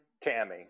Tammy